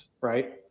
right